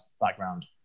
background